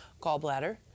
gallbladder